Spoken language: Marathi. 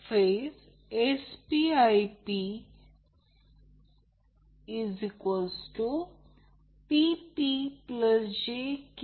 तर phase power P p jQ p आहे म्हणून 3 ने गुणाकार केला आहे